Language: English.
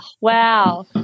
wow